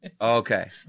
Okay